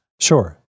Sure